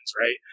right